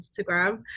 Instagram